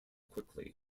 quickly